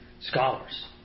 scholars